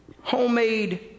homemade